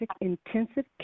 intensive